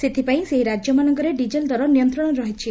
ସେଥିପାଇଁ ସେହି ରାକ୍ୟମାନଙ୍କରେ ଡିଜେଲ ଦର ନିୟନ୍ତ୍ରଶରେ ଅଛି